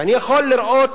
ואני יכול לראות